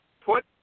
put